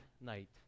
night